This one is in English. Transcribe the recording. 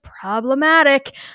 problematic